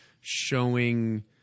showing